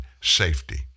safety